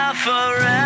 Forever